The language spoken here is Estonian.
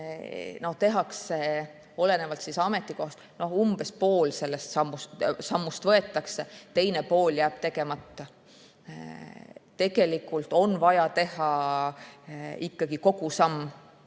tehakse olenevalt ametikohast umbes pool sellest sammust, teine pool jääb tegemata. Tegelikult on vaja teha ikkagi kogu samm.